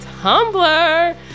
Tumblr